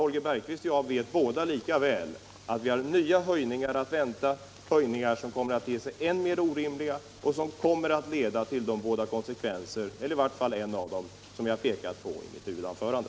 Holger Bergqvist och jag vet båda två lika väl att vi har nya höjningar att vänta som kommer att te sig än mer orimliga och leda till båda de konsekvenser — eller i vart fall en av dem — som jag pekat på i mitt huvudanförande.